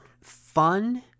fun